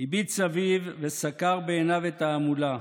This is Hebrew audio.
הביט סביב וסקר בעיניו את ההמולה.